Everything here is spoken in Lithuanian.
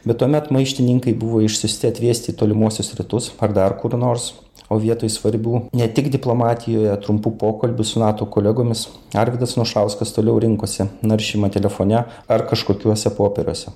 bet tuomet maištininkai buvo išsiųsti atvėsti į tolimuosius rytus ar dar kur nors o vietoj svarbių ne tik diplomatijoje trumpų pokalbių su nato kolegomis arvydas anušauskas toliau rinkosi naršymą telefone ar kažkokiuose popieriuose